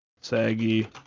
saggy